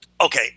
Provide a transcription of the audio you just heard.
Okay